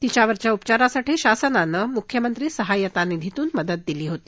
तिच्यावरच्या उपचारासाठी शासनाने मुखमंत्री सहाय्यता निधीतून मदत दिली होती